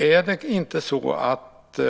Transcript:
Är det inte så att